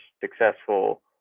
successful